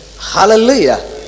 Hallelujah